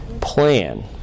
plan